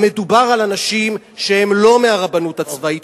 מדובר על אנשים שהם לא מהרבנות הצבאית,